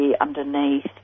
underneath